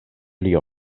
pli